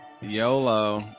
YOLO